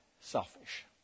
selfish